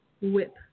whip